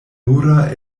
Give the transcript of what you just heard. nura